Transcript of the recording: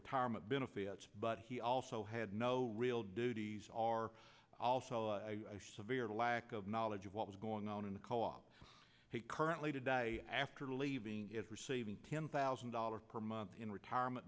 retirement benefits but he also had no real duties are also a severe lack of knowledge of what was going on in the co op he currently to die after leaving is receiving ten thousand dollars per month in retirement